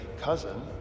cousin